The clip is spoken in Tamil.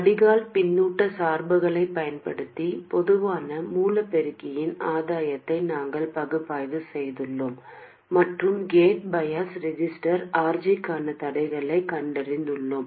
வடிகால் பின்னூட்ட சார்புகளைப் பயன்படுத்தி பொதுவான மூல பெருக்கியின் ஆதாயத்தை நாங்கள் பகுப்பாய்வு செய்துள்ளோம் மற்றும் கேட் பயாஸ் ரெசிஸ்டர் RGக்கான தடைகளைக் கண்டறிந்துள்ளோம்